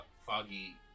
foggy